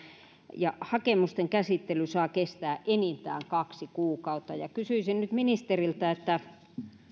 hakemusten käsittely saa kestää enintään kaksi kuukautta kysyisin nyt ministeriltä